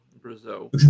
Brazil